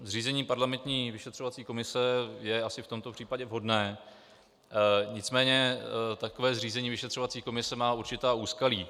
Zřízení parlamentní vyšetřovací komise je asi v tomto případě vhodné, nicméně takové zřízení vyšetřovací komise má určitá úskalí.